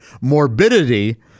morbidity